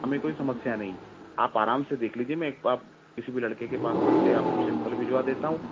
हमे कोई समस्या नहीं है आप आराम से देख लीजिए मैं एक आप किसी भी लड़के के पास से आपको सेम्पल भिजवा देता हूँ